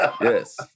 Yes